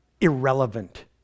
irrelevant